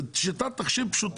זאת שיטת תחשיב פשוטה.